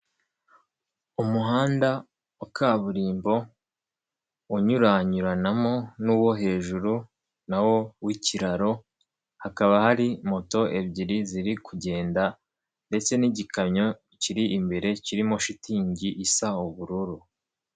Umuhanda wa kaburimbo unyuranyuranamo n'uwo hejuru nawo w'ikiraro, hakaba hari moto ebyiri ziri kugenda ndetse n'igikamyo kiri imbere kirimo shitingi isa ubururu.